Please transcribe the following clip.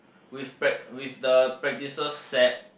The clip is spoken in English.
with prac~ with the practices set